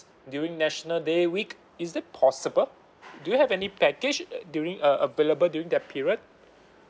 during national day week is it possible do you have any package during uh available during that period